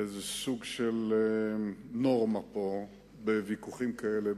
לסוג של נורמה פה, בוויכוחים כאלה.